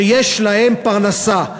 שיש להם פרנסה.